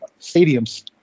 stadiums